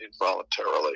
involuntarily